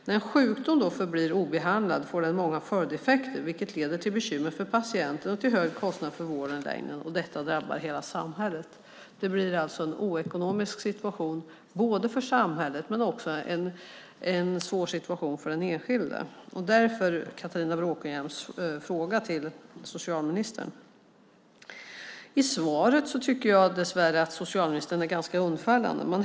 När sjukdom förblir obehandlad får det många följdeffekter, vilket leder till bekymmer för patienten och till högre kostnad för vården i längden, och detta drabbar hela samhället. Det blir alltså en oekonomisk situation för samhället men också en svår situation för den enskilde - därav Catharina Bråkenhielms fråga till socialministern. Jag tycker dessvärre att socialministern är ganska undfallande i svaret.